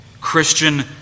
Christian